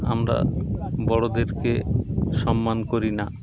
আমরা বড়দেরকে সম্মান করি না